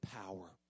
power